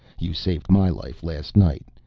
you saved my life last night,